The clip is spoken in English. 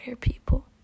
people